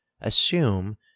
assume